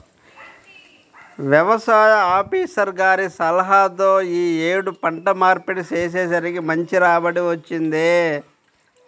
యవసాయ ఆపీసర్ గారి సలహాతో యీ యేడు పంట మార్పిడి చేసేసరికి మంచి రాబడి వచ్చింది